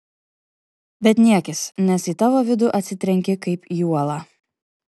bet niekis nes į tavo vidų atsitrenki kaip į uolą